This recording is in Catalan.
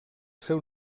seu